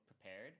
prepared